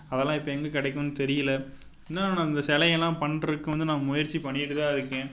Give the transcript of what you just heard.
அதெல்லாம் இப்போ எங்கே கிடைக்குன்னு தெரியலை இன்னோன்னு அந்த சிலையெல்லாம் பண்ணுறதுக்கு வந்து நான் முயற்சி பண்ணிட்டு தான் இருக்கேன்